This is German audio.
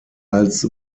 als